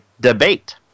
debate